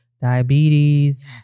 diabetes